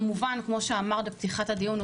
כמובן כמו שאמרת בתחילת הדיון,